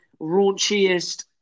raunchiest